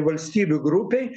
valstybių grupėj